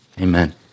amen